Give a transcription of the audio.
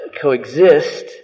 coexist